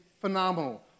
phenomenal